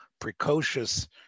precocious